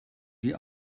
wie